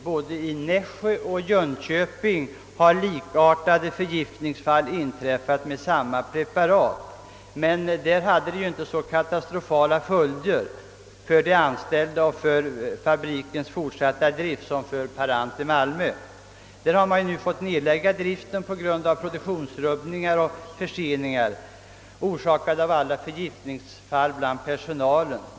Både i Nässjö och i Jönköping har likartade förgiftningsfall inträffat med samma preparat, men där fick dessa inte så katastrofala följder för de anställda och för fabrikens fortsatta drift. Vid skofabriken Parant i Malmö har man nu fått nedlägga driften på grund av produktionsrubbningar och förseningar som föranletts av alla förgiftningsfall bland personalen.